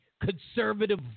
conservative